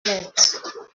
lettre